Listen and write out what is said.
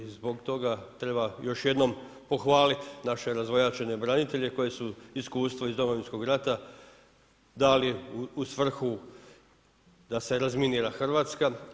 Zbog toga treba još jednom pohvalit naše razvojačene branitelje koji su iskustvo iz Domovinskog rata dali u svrhu da se razminira Hrvatska.